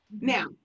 now